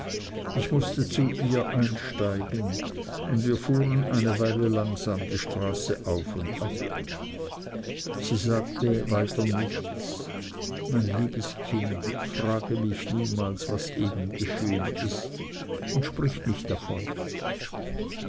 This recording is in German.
ich mußte zu ihr einsteigen und wir fuhren eine weile langsam die straße auf und ab sie sagte weiter nichts als mein liebes kind frage mich niemals was eben geschehen ist und sprich nicht davon